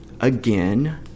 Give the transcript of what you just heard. again